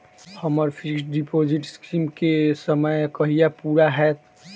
हम्मर fix deposit scheme केँ समय कहिया पूरा हैत?